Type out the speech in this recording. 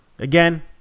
Again